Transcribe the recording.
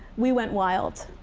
we went wild.